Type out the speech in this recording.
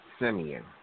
Simeon